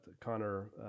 Connor